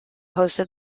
hosted